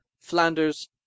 Flanders